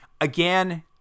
again